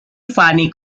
funny